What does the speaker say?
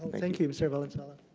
thank you, mr. valenzuela.